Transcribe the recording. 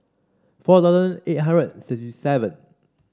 four thousand eight hundred and sixty seven